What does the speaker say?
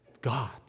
God